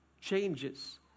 changes